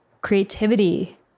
creativity